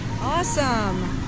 Awesome